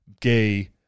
gay